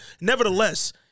Nevertheless